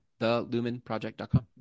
thelumenproject.com